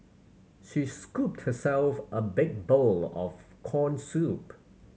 she scooped herself a big bowl of corn soup